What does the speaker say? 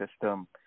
system